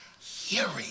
hearing